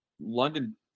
London